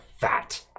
fat